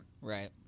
Right